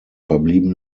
verblieben